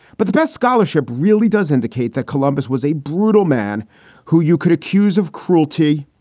but the best scholarship really does indicate that columbus was a brutal man who you could accuse of cruelty,